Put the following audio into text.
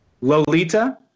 Lolita